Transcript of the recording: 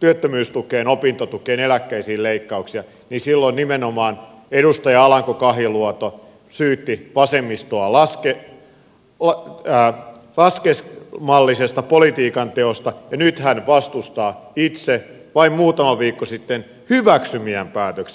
työttömyystukeen opintotukeen eläkkeisiin leikkauksia niin silloin nimenomaan edustaja alanko kahiluoto syytti vasemmistoa laskelmallisesta politiikan teosta ja nyt hän vastustaa itse vain muutama viikko sitten hyväksymiään päätöksiä